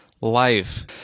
life